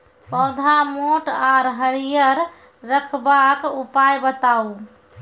पौधा मोट आर हरियर रखबाक उपाय बताऊ?